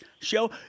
show